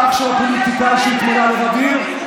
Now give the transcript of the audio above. האח של הפוליטיקאי שהתמנה לרב עיר?